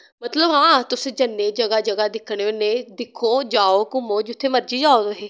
मतलव हां तुस जन्ने जगा जगा दिक्खने होने दिक्खो जाओ घूम्मो जित्थे मर्जी जाओ तुस